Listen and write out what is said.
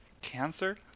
Cancer